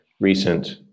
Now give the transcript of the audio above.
recent